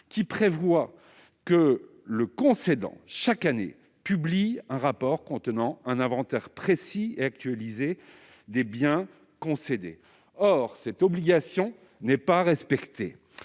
doit publier chaque année un rapport contenant un inventaire précis et actualisé des biens concédés. Or cette obligation n'est pas respectée.